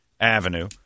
Avenue